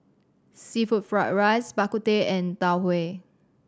seafood fried rice Bak Kut Teh and Tau Huay